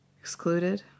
excluded